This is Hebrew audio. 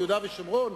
ביהודה ושומרון?